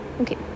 okay